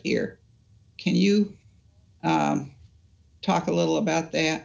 here can you talk a little about that